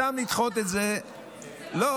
סתם לדחות את זה, זה לא סתם.